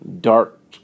dark